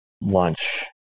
lunch